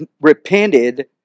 repented